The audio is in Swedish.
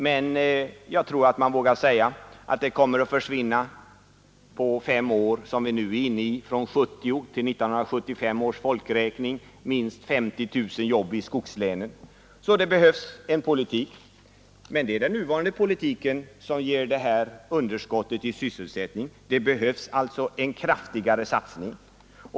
Men jag tror att man vågar säga att det på fem år — från 1970 till 1975 års folkräkning — kommer att försvinna minst 50 000 jobb i skogslänen. Så det behövs en sysselsättningspolitik. Men det är den nuvarande politiken som ger detta underskott i sysselsättning. Det behövs alltså en ny och kraftigare satsning.